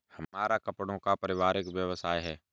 हमारा कपड़ों का पारिवारिक व्यवसाय है